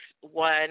One